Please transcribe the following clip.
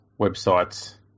websites